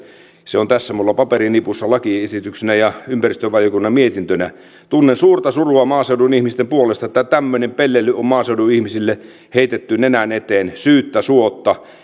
se on tässä minulla paperinipussa lakiesityksenä ja ympäristövaliokunnan mietintönä tunnen suurta surua maaseudun ihmisten puolesta että tämmöinen pelleily on maaseudun ihmisille heitetty nenän eteen syyttä suotta